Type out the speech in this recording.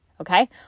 okay